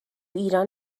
ایران